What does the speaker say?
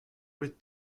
with